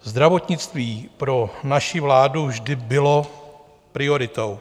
Zdravotnictví pro naši vládu vždy bylo prioritou.